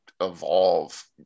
evolve